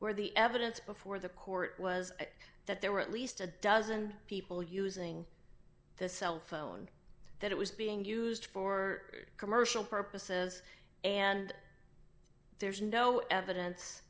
where the evidence before the court was that there were at least a dozen people using the cell phone that it was being used for commercial purposes and there's no evidence